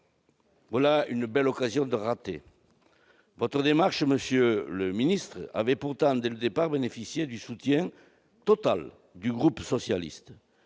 Voilà une belle occasion ratée ! Votre démarche, monsieur le ministre d'État, avait pourtant dès le départ bénéficié du soutien total du groupe socialiste